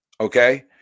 Okay